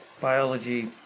biology